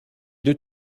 deux